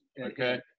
okay